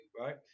Right